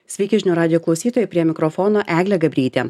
sveiki žinių radijo klausytojai prie mikrofono eglė gabrytė